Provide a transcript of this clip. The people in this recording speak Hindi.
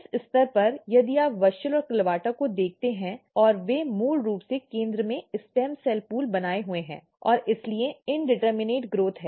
इस स्तर पर यदि आप WUSCHEL और CLAVATA को देखते हैं और वे मूल रूप से केंद्र में स्टेम सेल पूल बनाए हुए हैं और इसीलिए इनडिटर्मनैट ग्रोथ है